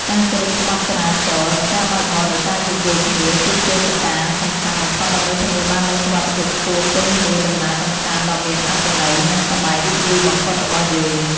ការគោរពច្បាប់ចរាចរណ៍ និង ការបើកបរដោយការយោគយល់គ្នាគឺជាកត្តាសំខាន់បំផុតដើម្បីធានាបាននូវសុវត្ថិភាពខ្ពស់ពេញមួយដំណើរកម្សាន្តដ៏មានអត្ថន័យ និង សប្បាយរីករាយបំផុតរបស់យើង។